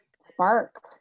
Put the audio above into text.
spark